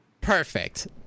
Perfect